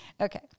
Okay